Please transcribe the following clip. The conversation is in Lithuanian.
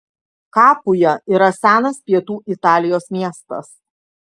kapuja yra senas pietų italijos miestas